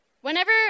Whenever